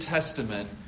Testament